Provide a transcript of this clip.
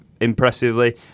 impressively